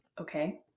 okay